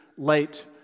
late